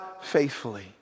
faithfully